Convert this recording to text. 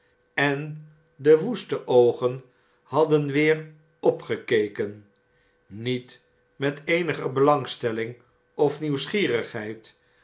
en de woeste oogen hadden weer opgekeken niet met eenige belangstelling of nieuwsgierigheid